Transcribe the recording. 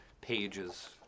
pages